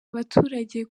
abaturage